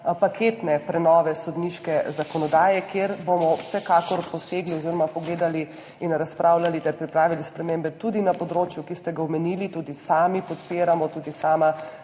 paketne prenove sodniške zakonodaje, kjer bomo vsekakor posegli oziroma pogledali in razpravljali ter pripravili spremembe tudi na področju, ki ste ga omenili. Tudi sami podpiramo, tudi sama